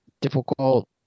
difficult